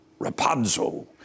rapazzo